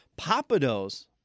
Papados